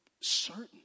Certain